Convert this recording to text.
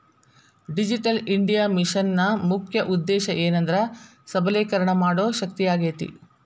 digital India ಮಿಷನ್ನ ಮುಖ್ಯ ಉದ್ದೇಶ ಏನೆಂದ್ರ ಸಬಲೇಕರಣ ಮಾಡೋ ಶಕ್ತಿಯಾಗೇತಿ